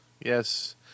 yes